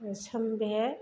सोमबे